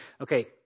okay